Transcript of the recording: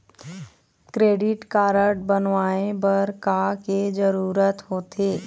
Credit card बनवाए बर का के जरूरत होते?